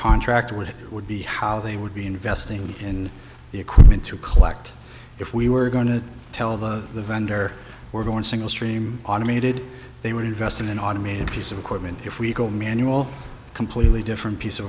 contract when it would be how they would be investing in the equipment to collect if we were going to tell the vendor we're going single stream automated they would invest in an automated piece of equipment if we go manual completely different piece of